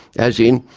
as in,